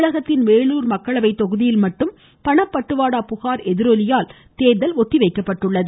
தமிழகத்தின் வேலூர் மக்களவை தொகுதியில் மட்டும் பணப்பட்டுவாடா புகார் எதிரொலியால் தேர்தல் ஒத்திவைக்கப்பட்டுள்ளது